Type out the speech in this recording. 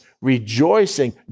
rejoicing